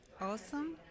Awesome